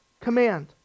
command